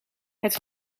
het